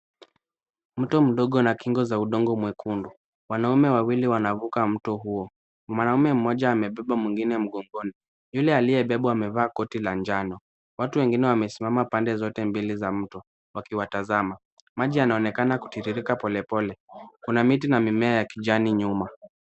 Mto mdogo unakingo za udongo mwekundu. Wanaume wawili wanavuka mto huo. Mwanaume mmoja amebeba mwingine mgongoni. Yule aliyebebwa amevaa koti la njano. Watu wengine wamesimama pande zote mbili za mto wakiwatazama. Maji yanaonekana kuturirika polepole. Kuna miti na mimea ya kijani nyuma.